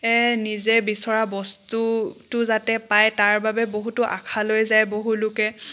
নিজে বিচৰা বস্তুটো যাতে পায় তাৰবাবে বহুতো আশা লৈ যায় বহুলোকে